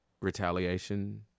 retaliation